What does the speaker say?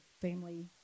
family